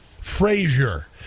Frazier